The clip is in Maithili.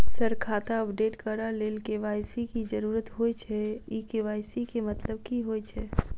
सर खाता अपडेट करऽ लेल के.वाई.सी की जरुरत होइ छैय इ के.वाई.सी केँ मतलब की होइ छैय?